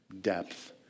depth